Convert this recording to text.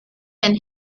and